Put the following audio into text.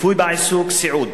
ריפוי בעיסוק וסיעוד.